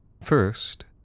First